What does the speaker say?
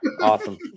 awesome